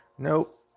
Nope